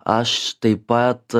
aš taip pat